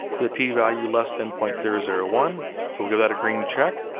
the p-value less than point zero zero one so we'll give that a green check,